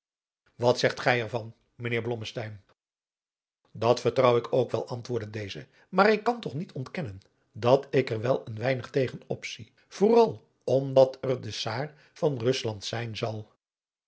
wat zegt gij er van mijnheer blommesteyn dat vertrouw ik ook wel antwoordde deze maar ik kan toch niet ontkennen dat ik er wel een weinig tegen opzie vooral omdat er de czaar van rusland zijn zal